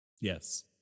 Yes